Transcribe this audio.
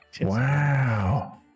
Wow